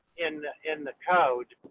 in in the code.